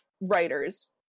writers